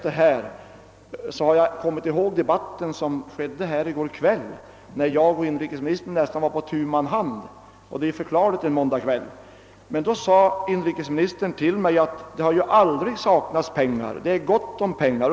Men i går kväll hade inrikesministern och jag en debatt här i kammaren nästan på tu man hand — det är förklarligt en måndag. Då sade inrikesministern till mig att det aldrig saknas pengar, utan att det är gott om pengar.